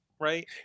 right